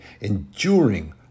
enduring